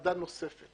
למרות שהשר חושב אחרת?